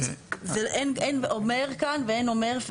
אין אומר כאן ואין אומר,